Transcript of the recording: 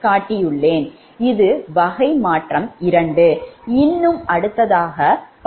7 இது வகை 2 மாற்றம் இன்னும் அடுத்ததாக படி 4 உள்ளது